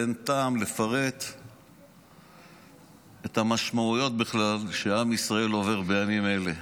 ואין טעם לפרט את המשמעויות בכלל שעם ישראל עובר בימים אלה.